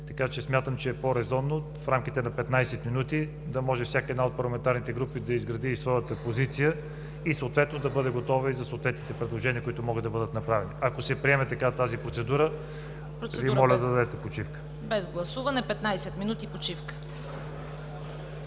Така че смятам, че е по-резонно в рамките на 15 минути, за да може всяка една от парламентарните групи да изгради своята позиция, и да бъде готова за съответните предложения, които могат да бъдат направени. Ако се приеме така тази процедура, моля да дадете почивка. ПРЕДСЕДАТЕЛ ЦВЕТА